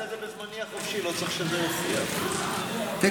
זה עובר לוועדה המשותפת, זה הסיפור.